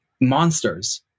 monsters